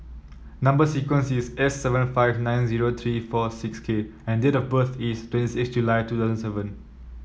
number sequence is S seventy five nine zero three four six K and date of birth is twenty six July two thousand seven